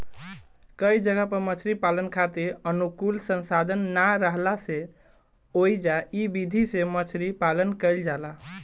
कई जगह पर मछरी पालन खातिर अनुकूल संसाधन ना राहला से ओइजा इ विधि से मछरी पालन कईल जाला